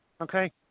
Okay